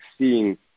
seeing